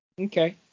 Okay